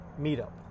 Meetup